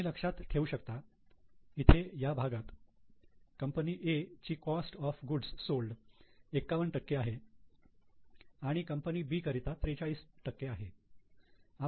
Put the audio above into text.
तुम्ही लक्षात ठेऊ शकता इथे या भागात कंपनी A ची कॉस्ट ऑफ गुड्स सोल्ड 51 आहे आणि कंपनी B करिता 43 आहे